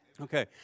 Okay